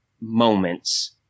moments